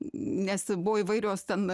nes buvo įvairios ten